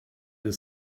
the